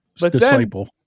Disciple